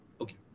okay